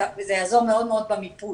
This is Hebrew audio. וירימו, זה יעזור מאוד במיפוי.